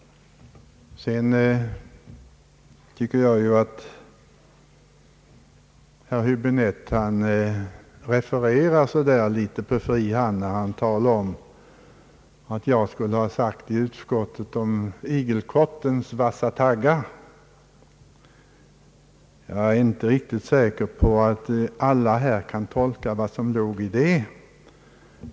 Jag tycker också att herr Häbinette refererar litet på fri hand när han talar om vad jag skulle ha sagt i utskottet om igelkottens vassa taggar. Jag är inte riktigt säker på att alla här kan tolka vad som låg i det.